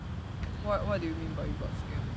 what do you mean by you got scammed